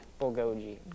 Bulgogi